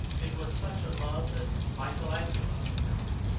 it was such love as michelangelo had known,